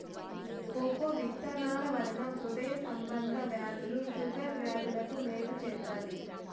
cocoa విత్తనాల వలన హృదయ సంబంధ వ్యాధులు షుగర్ వ్యాధులకు మేలు చేత్తాది